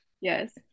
yes